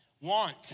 want